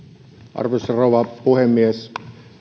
arvoisa rouva puhemies